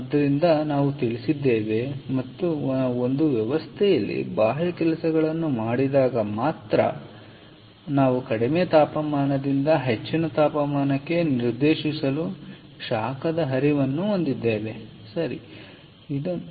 ಆದ್ದರಿಂದ ನಾವು ತಿಳಿದಿದ್ದೇವೆ ಮತ್ತು ಆದ್ದರಿಂದ ನಾವು ಒಂದು ವ್ಯವಸ್ಥೆಯಲ್ಲಿ ಬಾಹ್ಯ ಕೆಲಸಗಳನ್ನು ಮಾಡಿದಾಗ ಮಾತ್ರ ನಾವು ಕಡಿಮೆ ತಾಪಮಾನದಿಂದ ಹೆಚ್ಚಿನ ತಾಪಮಾನಕ್ಕೆ ನಿರ್ದೇಶಿಸಲು ಶಾಖದ ಹರಿವನ್ನು ಹೊಂದಿದ್ದೇವೆ ಸರಿ ಮತ್ತು ಇದನ್ನು ಮಾಡಲಾಗುತ್ತದೆ